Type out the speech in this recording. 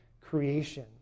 creation